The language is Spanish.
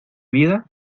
vida